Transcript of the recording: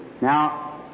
Now